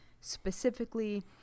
specifically